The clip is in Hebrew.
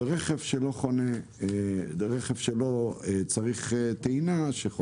לרכב שחונה שם למרות שהוא אינו צריך טעינה.